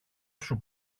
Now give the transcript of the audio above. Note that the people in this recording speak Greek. σου